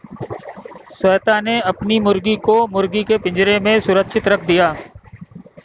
श्वेता ने अपनी मुर्गी को मुर्गी के पिंजरे में सुरक्षित रख दिया